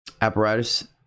apparatus